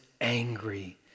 angry